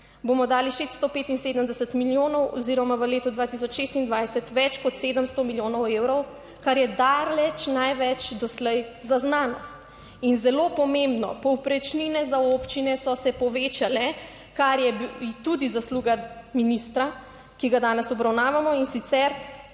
bomo dali 675 milijonov oziroma v letu 2026 več kot 700 milijonov evrov, kar je daleč največ doslej za znanost. In zelo pomembno, povprečnine za občine so se povečale, kar je tudi zasluga ministra, ki ga danes obravnavamo. In sicer